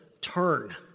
turn